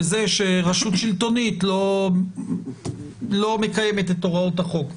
בזה שרשות שלטונית לא מקיימת את הוראות החוק.